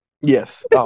Yes